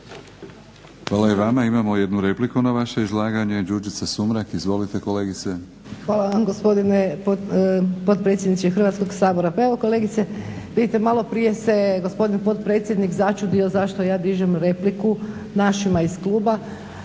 Hvala i vama. Imamo jednu repliku na vaše izlaganje. Đurđica Sumrak. Izvolite kolegice. **Sumrak, Đurđica (HDZ)** Hvala vam gospodine potpredsjedniče Hrvatskoga sabora. Pa evo kolegice vidite malo prije se gospodin potpredsjednik začudio zašto ja dižem repliku našima iz kluba.